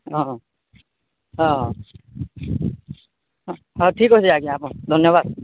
ହଁ ହଁ ହଁ ହଁ ଠିକ୍ ଅଛି ଆଜ୍ଞା ଆପଣ ଧନ୍ୟବାଦ